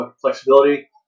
flexibility